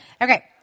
Okay